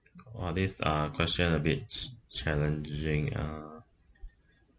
oh this uh question a bit c~ challenging uh